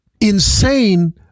insane